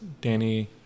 Danny